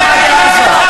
אני סולד מהדעה הזאת.